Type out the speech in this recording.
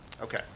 Okay